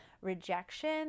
rejection